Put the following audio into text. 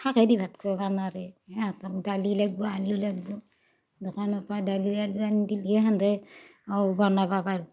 শাকেদি ভাত খাব নোৱাৰে সিহঁতক দালি লাগিব আলু লাগিব দোকানৰ পৰা দালি আলু আনি দিলেই সেনতে আৰু বনাব পাৰে